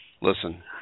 Listen